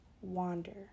wander